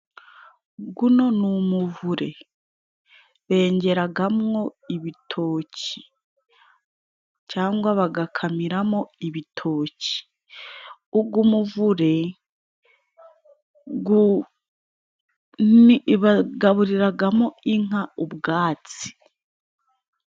Guno ni umuvure bengeragamwo ibitoki cangwa bagakamiramo ibitoki, ug'umuvure, bagaburiragamo inka ubwatsi.